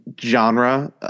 genre